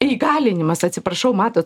įgalinimas atsiprašau matot